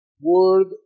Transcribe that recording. Word